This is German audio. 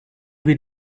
wir